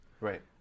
Right